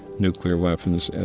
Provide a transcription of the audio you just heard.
nuclear weapons, and